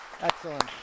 Excellent